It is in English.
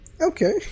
Okay